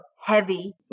heavy